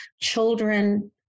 children